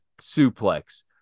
suplex